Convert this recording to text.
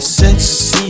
sexy